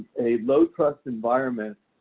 a low-trust environment